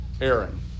Aaron